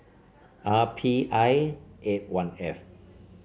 R P I eight one F